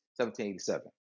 1787